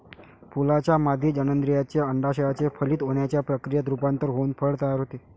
फुलाच्या मादी जननेंद्रियाचे, अंडाशयाचे फलित होण्याच्या प्रक्रियेत रूपांतर होऊन फळ तयार होते